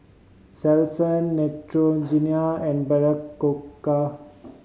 Selsun Neutrogena and Berocca